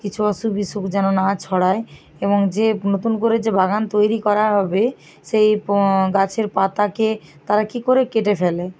কিছু অসুখ বিসুখ যেন না ছড়ায় এবং যে নতুন করে যে বাগান তৈরি করা হবে সেই গাছের পাতাকে তারা কি করে কেটে ফেলে